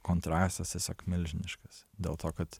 kontrastas tiesiog milžiniškas dėl to kad